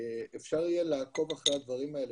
אפשר יהיה לעקוב אחרי הדברים האלה,